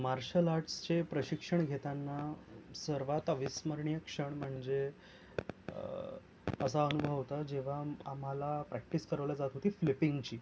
marshal आर्ट्सचे प्रशिक्षण घेताना सर्वात अविस्मरणीय क्षण म्हणजे असा अनुभव होता जेव्हा म् आम्हाला प्रॅक्टिस करवलं जात होती फ्लिपिंगची